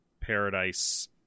paradise